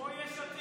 כמו יש עתיד.